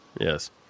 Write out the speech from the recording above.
yes